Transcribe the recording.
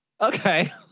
Okay